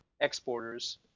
exporters